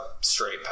straight